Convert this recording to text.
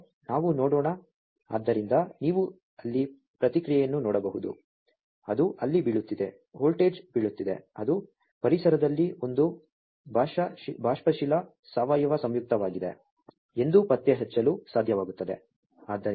ಆದ್ದರಿಂದ ನಾವು ನೋಡೋಣ ಆದ್ದರಿಂದ ನೀವು ಅಲ್ಲಿ ಪ್ರತಿಕ್ರಿಯೆಯನ್ನು ನೋಡಬಹುದು ಅದು ಅಲ್ಲಿ ಬೀಳುತ್ತಿದೆ ವೋಲ್ಟೇಜ್ ಬೀಳುತ್ತಿದೆ ಅದು ಪರಿಸರದಲ್ಲಿ ಒಂದು ಬಾಷ್ಪಶೀಲ ಸಾವಯವ ಸಂಯುಕ್ತವಿದೆ ಎಂದು ಪತ್ತೆಹಚ್ಚಲು ಸಾಧ್ಯವಾಗುತ್ತದೆ